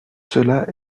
cela